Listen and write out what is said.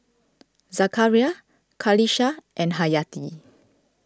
Zakaria Qalisha and Hayati